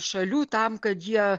šalių tam kad jie